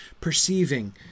perceiving